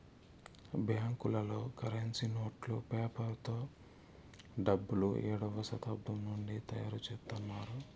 బ్యాంకులలో కరెన్సీ నోట్లు పేపర్ తో డబ్బులు ఏడవ శతాబ్దం నుండి తయారుచేత్తున్నారు